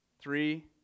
Three